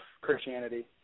Christianity